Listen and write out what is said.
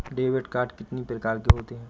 Debit card कितनी प्रकार के होते हैं?